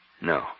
No